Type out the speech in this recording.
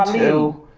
you